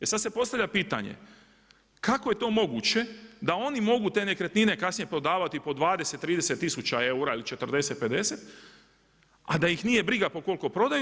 E sad se postavlja pitanje kako je to moguće da oni mogu te nekretnine kasnije prodavati po 20, 30000 eura ili 40, 50 a da ih nije briga po koliko prodaju.